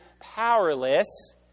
powerless